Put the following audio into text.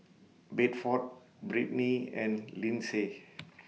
Bedford Britny and Lindsey